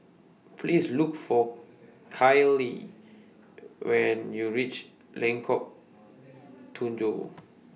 Please Look For Kylie when YOU REACH Lengkok Tujoh